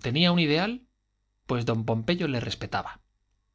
tenía un ideal pues don pompeyo le respetaba don